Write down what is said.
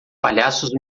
palhaços